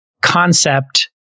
concept